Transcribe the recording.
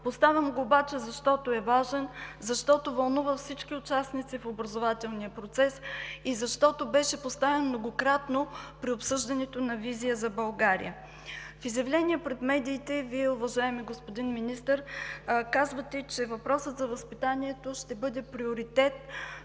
Поставям го обаче, защото е важен, защото вълнува всички участници в образователния процес и защото беше поставен многократно при обсъждането на „Визия за България“. В изявление пред медиите Вие, уважаеми господин Министър, казвате, че въпросът за възпитанието ще бъде приоритет